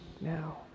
now